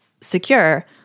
secure